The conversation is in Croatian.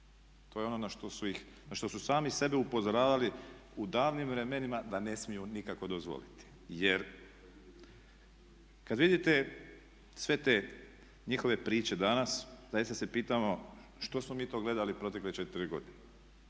To je ono na što su sami sebe upozoravali u davnim vremenima da ne smiju nikako dozvoliti. Jer kad vidite sve te njihove priče danas zaista se pitamo što smo mi to gledali protekle 4 godine?